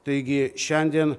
taigi šiandien